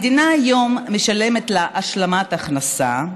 היום המדינה משלמת לה השלמת הכנסה.